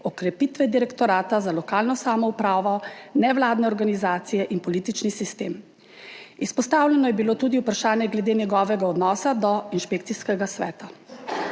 okrepitve Direktorata za lokalno samoupravo, nevladne organizacije in politični sistem. Izpostavljeno je bilo tudi vprašanje glede njegovega odnosa do inšpekcijskega sveta.